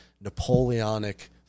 napoleonic